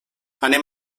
anem